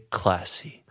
classy